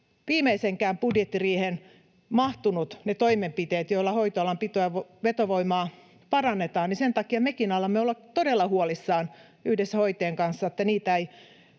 viimeiseenkään budjettiriiheen mahtuneet ne toimenpiteet, joilla hoitoalan pito- ja vetovoimaa parannetaan. Sen takia mekin alamme olla todella huolissamme yhdessä hoitajien kanssa, että niitä ei